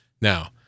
Now